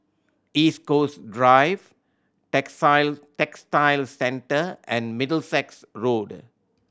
East Coast Drive Textile Centre and Middlesex Road